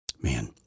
man